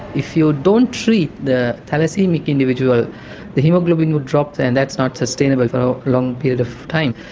if you don't treat the thalassaemic individual the haemoglobin will drop then that's not sustainable for a long period of time.